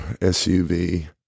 SUV